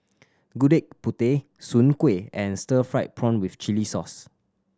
Gudeg Putih Soon Kueh and stir fried prawn with chili sauce